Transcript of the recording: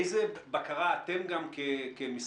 איזו בקרה אתם גם כמשרד,